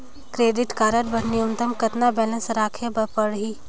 Credit card बर न्यूनतम कतका बैलेंस राखे बर पड़ही?